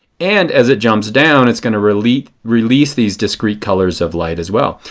and as it jumps down it is going to release release these discrete colors of light as well.